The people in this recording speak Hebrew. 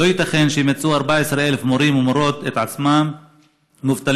לא ייתכן שימצאו 14,000 מורים ומורות את עצמם מובטלים